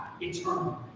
eternal